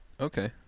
okay